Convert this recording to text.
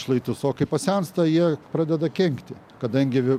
šlaitus o kai pasensta jie pradeda kenkti kadangi